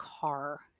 car